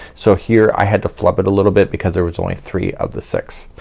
so here i had to flub it a little bit because there was only three of the six.